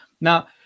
Now